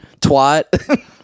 twat